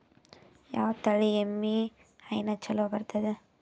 ಯಾವ ತಳಿ ಎಮ್ಮಿ ಹೈನ ಚಲೋ ಬರ್ತದ?